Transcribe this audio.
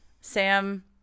Sam